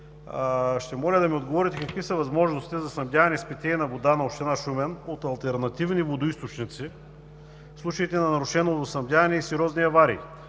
ще помоля да ми отговорите: какви са възможностите за снабдяване с питейна вода на община Шумен от алтернативни водоизточници в случаите на нарушено водоснабдяване и сериозни аварии?